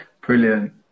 Brilliant